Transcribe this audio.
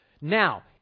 Now